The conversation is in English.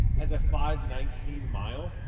as a five nineteen mile?